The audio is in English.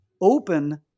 open